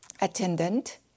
attendant